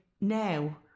now